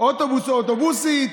אוטובוס או אוטובוסית,